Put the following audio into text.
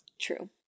True